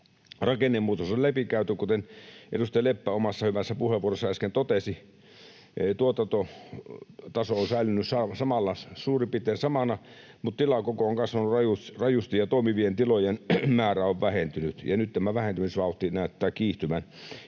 Rakennemuutos on läpikäyty, kuten edustaja Leppä omassa hyvässä puheenvuorossaan äsken totesi. Tuotantotaso on säilynyt suurin piirtein samana, mutta tilakoko on kasvanut rajusti, ja toimivien tilojen määrä on vähentynyt. Nyt tämä vähentymisvauhti näyttää kiihtyvän.